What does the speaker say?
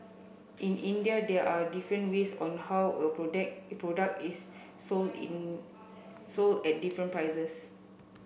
in India there are different ways on how a product product is sold in sold at different prices